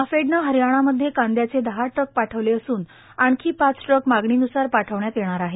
नाफेडनं हरयाणामधे कांद्याचे दहा ट्रक पाठवले असून आणखी पाच ट्रक मागणीनुसार पाठवण्यात येणार आहेत